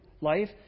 life